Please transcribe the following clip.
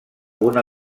una